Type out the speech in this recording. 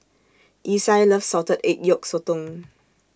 Isai loves Salted Egg Yolk Sotong